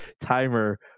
timer